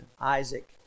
Isaac